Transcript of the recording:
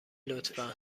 لطفا